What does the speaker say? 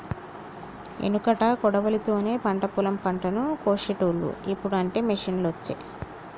ఎనుకట కొడవలి తోనే పంట పొలం పంటను కోశేటోళ్లు, ఇప్పుడు అంటే మిషిండ్లు వచ్చే